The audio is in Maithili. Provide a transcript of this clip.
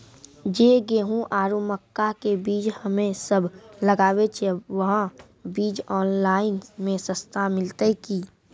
जे गेहूँ आरु मक्का के बीज हमे सब लगावे छिये वहा बीज ऑनलाइन मे सस्ता मिलते की?